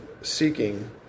seeking